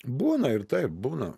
būna ir taip būna